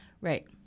right